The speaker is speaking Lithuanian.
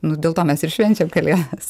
nu dėl to mes ir švenčiam kalėdas